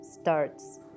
starts